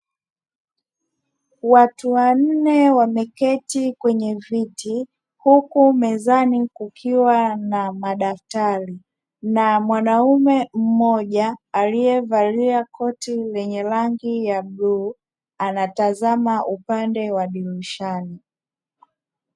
Watu wanne wameketi kwenye viti huku mezani kukiwa na madaftari, na mwanaume mmoja aliyevalia koti lenye rangi ya bluu, anatazama upande wa dirishani.